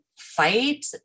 Fight